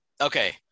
Okay